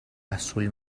azul